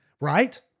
Right